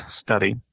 study